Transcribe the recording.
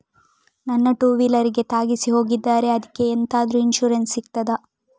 ನನ್ನ ಟೂವೀಲರ್ ಗೆ ತಾಗಿಸಿ ಹೋಗಿದ್ದಾರೆ ಅದ್ಕೆ ಎಂತಾದ್ರು ಇನ್ಸೂರೆನ್ಸ್ ಸಿಗ್ತದ?